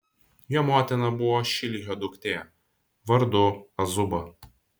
jo motina buvo šilhio duktė vardu azuba